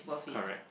correct